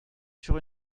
sur